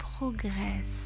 progresse